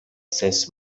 ses